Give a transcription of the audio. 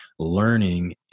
learning